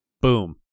Boom